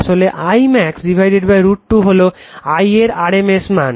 আসলে I max √ 2 হলো I এর rms মান